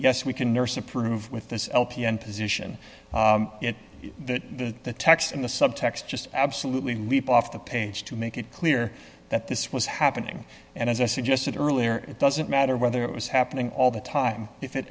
yes we can nurse approve with this position that the techs in the subtext just absolutely leap off the page to make it clear that this was happening and as i suggested earlier it doesn't matter whether it was happening all the time if it